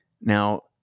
Now